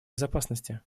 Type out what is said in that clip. безопасности